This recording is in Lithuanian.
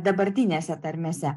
dabartinėse tarmėse